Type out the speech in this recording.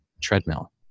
treadmill